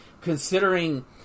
considering